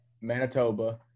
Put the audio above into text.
Manitoba